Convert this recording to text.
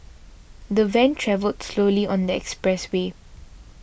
the van travelled slowly on the expressway